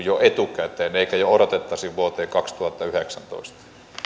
jo etukäteen eikä odotettaisi vuoteen kaksituhattayhdeksäntoista